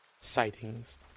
sightings